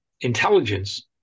intelligence